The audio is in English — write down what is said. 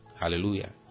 Hallelujah